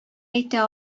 әйтә